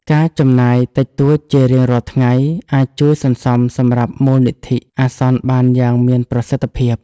ការចំណាយតិចតួចជារៀងរាល់ថ្ងៃអាចជួយសន្សំសម្រាប់មូលនិធិអាសន្នបានយ៉ាងមានប្រសិទ្ធភាព។